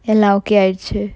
எல்லா:ella okay ஆகிடுச்சு:aakiduchu